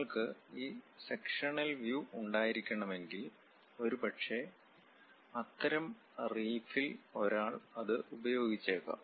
നിങ്ങൾക്ക് ഈ sectional view ഉണ്ടായിരിക്കണമെങ്കിൽ ഒരുപക്ഷേ അത്തരം റീഫിൽ ഒരാൾ അത് ഉപയോഗിച്ചേക്കാം